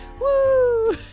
Woo